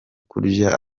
kurya